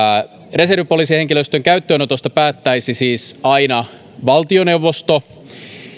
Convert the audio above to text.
reservipoliisihenkilöstön käyttöönotosta päättäisi siis aina valtioneuvosto